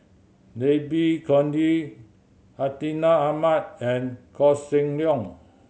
Babe Conde Hartinah Ahmad and Koh Seng Leong